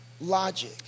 logic